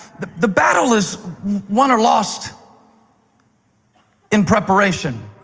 the the battle is won or lost in preparation.